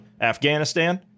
Afghanistan